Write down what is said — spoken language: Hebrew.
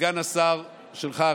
וסגן השר שלך,